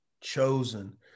chosen